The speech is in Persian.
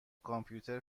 کامپیوتر